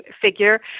figure